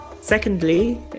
Secondly